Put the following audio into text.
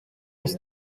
улс